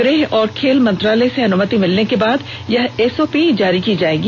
गृह और खेल मंत्रालय से अनुमति मिलने के बाद यह एसओपी जारी किया गया है